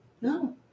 No